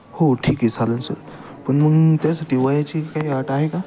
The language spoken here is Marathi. हो ठीक आहे चालेल सर पण मग त्यासाठी वयाची काही अट आहे का